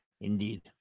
Indeed